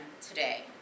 today